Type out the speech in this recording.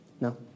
No